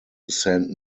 saint